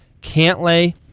Cantlay